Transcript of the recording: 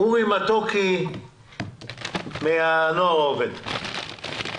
אורי מתוקי מהנוער העובד, בבקשה.